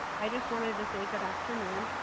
i just wanted to say good afternoon.